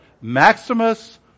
Maximus